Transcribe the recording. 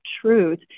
truth